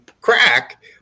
crack